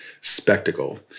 spectacle